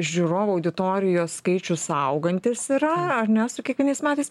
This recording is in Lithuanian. žiūrovų auditorijos skaičius augantis yra ar ne su kiekvienais metais